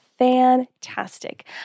fantastic